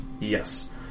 Yes